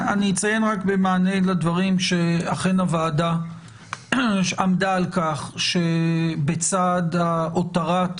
אני אציין רק במענה לדברים שאכן הוועדה עמדה על כך שבצד הותרת